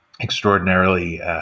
extraordinarily